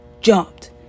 jumped